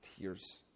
tears